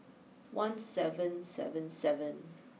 one seven seven seven